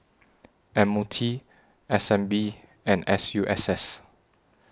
M O T S N B and S U S S